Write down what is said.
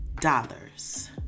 dollars